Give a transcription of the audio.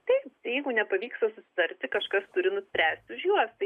taip jeigu nepavyksta susitarti kažkas turi nuspręsti už juos tai